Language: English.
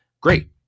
Great